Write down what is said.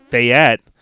Fayette